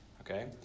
Okay